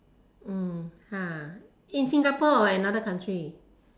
in Singapore or another country